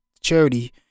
charity